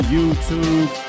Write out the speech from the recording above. YouTube